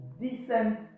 Decent